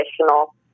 traditional